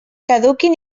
caduquin